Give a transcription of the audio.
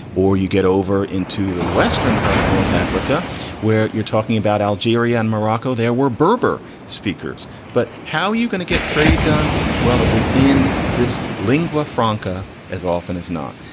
or you get over into the western part of north africa where you're talking about algeria and morocco. there were berber speakers. but how are you going to get trade done? well, it was in this lingua franca as often as not,